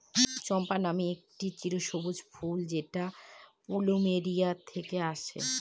চম্পা নামের একটি চিরসবুজ ফুল যেটা প্লুমেরিয়া থেকে আসে